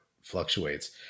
fluctuates